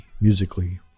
musically